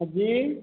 जी